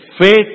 Faith